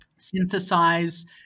synthesize